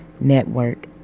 Network